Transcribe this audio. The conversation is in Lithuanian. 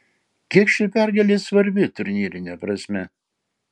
kiek ši pergalė svarbi turnyrine prasme